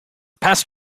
past